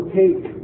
take